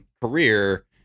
career